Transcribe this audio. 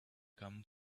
come